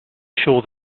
sure